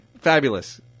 Fabulous